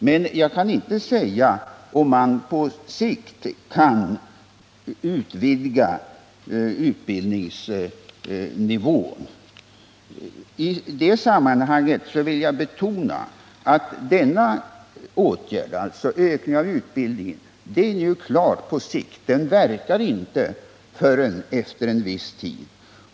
Men jag kan inte säga om man på sikt kan höja utbildningsnivån. Jag vill betona att en ökning av utbildningen är en åtgärd på sikt — den verkar inte förrän efter en viss tid.